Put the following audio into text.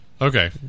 Okay